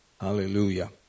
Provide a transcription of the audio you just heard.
Hallelujah